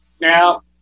Now